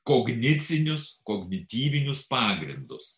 kognicinius kognityvinius pagrindus